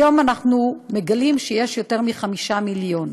היום אנחנו מגלים שיש יותר מ-5 מיליון.